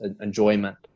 enjoyment